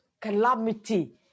calamity